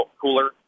cooler